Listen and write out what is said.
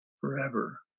forever